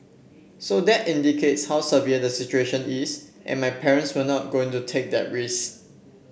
so that indicates how severe the situation is and my parents were not going to take that risk